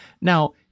Now